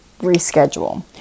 reschedule